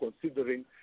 considering